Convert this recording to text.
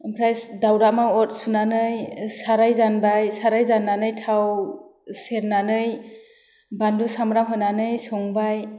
आमफ्राय दावदामाव अर सुनानै साराइ जानबाय साराइ जान्नानै थाव सेरनानै बानलु सामब्राम होनानै संबाय